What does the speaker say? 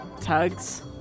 Tugs